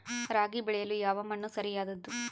ರಾಗಿ ಬೆಳೆಯಲು ಯಾವ ಮಣ್ಣು ಸರಿಯಾದದ್ದು?